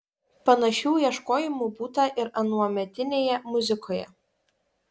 panašių ieškojimų būta ir anuometinėje muzikoje